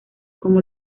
como